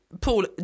Paul